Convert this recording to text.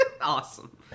awesome